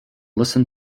listen